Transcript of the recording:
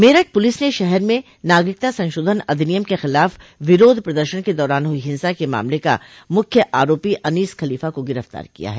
Meerut police ने शहर में नागरिकता संशोधन अधिनियम के खिलाफ विरोध प्रदर्शन के दौरान हुई हिंसा के मामले का मुख्य आरोपी अनीस खलीफा को गिरफ्तार किया है